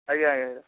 ଆଜ୍ଞା ଆଜ୍ଞା